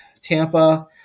Tampa